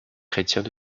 chrétiens